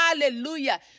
Hallelujah